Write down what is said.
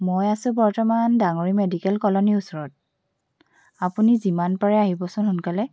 মই আছোঁ বৰ্তমান দাঙৰি মেডিকেল কলনীৰ ওচৰত আপুনি যিমান পাৰে আহিবচোন সোনকালে